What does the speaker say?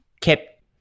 kept